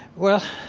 well,